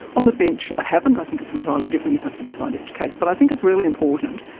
on the bench i haven't. i think it's entirely different, you have to decide each case. but i think it's really important,